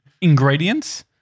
ingredients